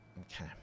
okay